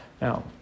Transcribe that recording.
Now